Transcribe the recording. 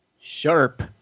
sharp